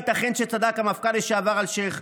ייתכן שצדק המפכ"ל לשעבר אלשיך,